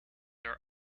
are